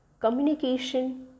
communication